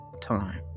time